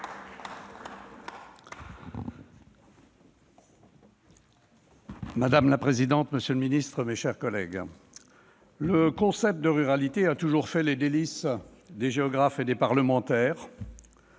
Madame la présidente, monsieur le ministre, mes chers collègues, le concept de ruralité a toujours fait les délices des géographes et des parlementaires.